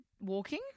walking